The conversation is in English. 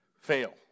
fail